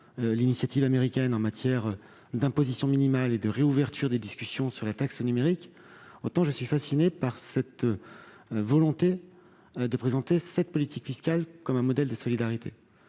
l'initiative américaine en matière d'imposition minimale et de réouverture des discussions sur la taxe numérique, autant je suis interpellé par votre volonté de présenter la politique fiscale américaine comme un modèle de solidarité.